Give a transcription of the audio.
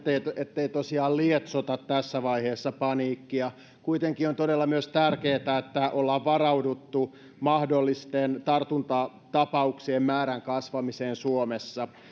ettei tosiaan lietsota tässä vaiheessa paniikkia kuitenkin on todella tärkeätä myös se että ollaan varauduttu mahdolliseen tartuntatapauksien määrän kasvamiseen suomessa